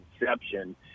inception